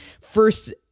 first